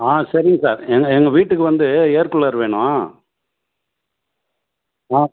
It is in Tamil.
ஆ சரிங்க சார் எங்கள் எங்கள் வீட்டுக்கு வந்து ஏர்கூலர் வேணும் ஆ